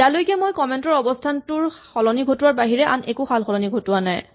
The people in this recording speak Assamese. ইয়ালৈকে মই কমেন্ট ৰ অৱস্হানটোৰ সলনি ঘটোৱাৰ বাহিৰে আন একো সালসলনি হোৱা নাই